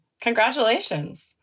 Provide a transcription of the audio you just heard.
Congratulations